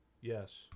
Yes